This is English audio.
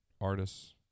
Artists